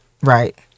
Right